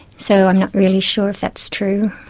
so i'm not really sure if that's true.